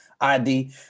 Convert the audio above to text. ID